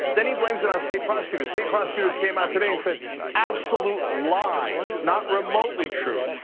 then he blames it on state prosecutors. state prosecutors came out today and said absolute lie, not remotely true.